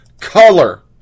color